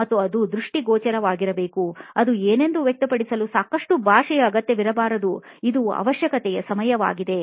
ಮತ್ತು ಅದು ದೃಷ್ಟಿಗೋಚರವಾಗಿರಬೇಕು ಅದು ಏನೆಂದು ವ್ಯಕ್ತಪಡಿಸಲು ಸಾಕಷ್ಟು ಭಾಷೆಯ ಅಗತ್ಯವಿರಬಾರದು ಇದು ಅವಶ್ಯಕತೆಯ ಸಮಯವಾಗಿದೆ